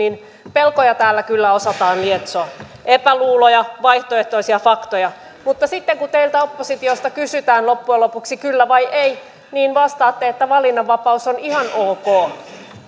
pelkoja täällä kyllä osataan lietsoa epäluuloja vaihtoehtoisia faktoja mutta sitten kun teiltä oppositiolta kysytään loppujen lopuksi kyllä vai ei niin vastaatte että valinnanvapaus on ihan ok